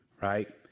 Right